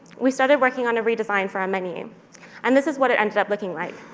we started working on a redesign for our menu and this is what it ended up looking like.